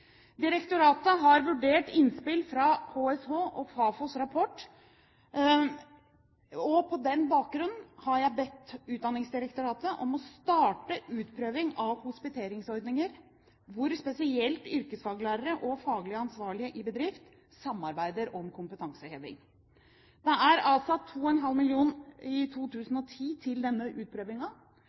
Direktoratet har vurdert innspill fra HSH og Fafos rapport. På denne bakgrunn har jeg bedt Utdanningsdirektoratet om å starte utprøving av hospiteringsordninger hvor spesielt yrkesfaglærere og faglig ansvarlige i bedrift samarbeider om kompetanseheving. Det er avsatt 2,5 mill. kr i 2010 til denne